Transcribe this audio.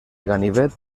ganivet